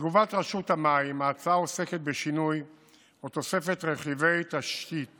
תגובת רשות המים: ההצעה עוסקת בשינוי או תוספת רכיבי תשתית